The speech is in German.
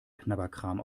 knabberkram